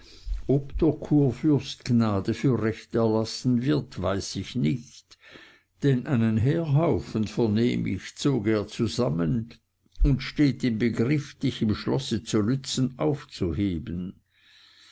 der kurfürst gnade für recht ergehen lassen wird weiß ich nicht denn einen heerhaufen vernehm ich zog er zusammen und steht im begriff dich im schlosse zu lützen aufzuheben